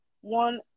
One